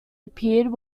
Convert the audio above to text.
appeared